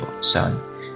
son